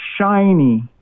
shiny